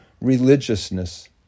religiousness